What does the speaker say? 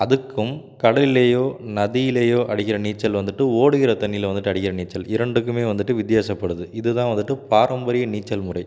அதுக்கும் கடல்லேயோ நதியிலையோ அடிக்கிற நீச்சல் வந்துவிட்டு ஓடுகிற தண்ணியில் வந்துவிட்டு அடிக்கிற நீச்சல் இரண்டுக்குமே வந்துவிட்டு வித்தியாசப்படுது இதுதான் வந்துவிட்டு பாரம்பரிய நீச்சல் முறை